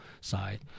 side